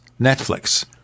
Netflix